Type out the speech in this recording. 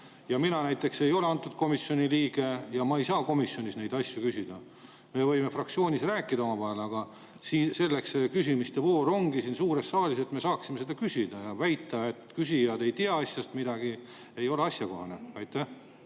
Mina näiteks ei ole selle komisjoni liige ja ma ei saa komisjonis neid asju küsida. Me võime fraktsioonis rääkida omavahel, aga selleks see küsimuste voor siin suures saalis ongi, et me saaksime küsida. Väita, et küsijad ei tea asjast midagi, ei ole asjakohane. Aitäh,